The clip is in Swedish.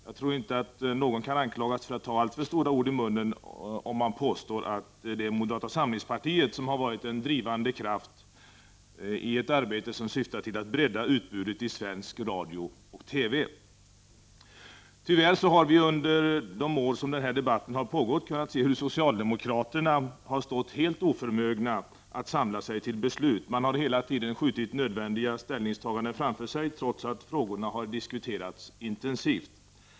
Jag tror inte att den kan bli anklagad för att ta alltför stora ord i sin mun som påstår att moderata samlingspartiet har varit en drivande kraft i det arbete som syftar till att åstadkomma ett breddat utbud i svensk radio och TV. Tyvärr har vi under de år som den här debatten pågått kunnat se hur social demokraterna stått helt oförmöga att samla sig till beslut. Man har hela tiden skjutit nödvändiga ställningstaganden framför sig, trots att frågorna har diskuterats intensivt.